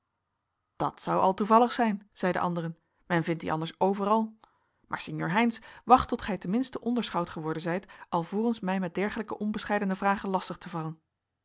dat zou al toevallig zijn zei de andere men vindt die anders overal maar sinjeur heynsz wacht tot gij ten minste onderschout geworden zijt alvorens mij met dergelijke onbescheidene vragen lastig te vallen